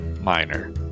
minor